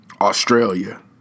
Australia